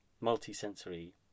multi-sensory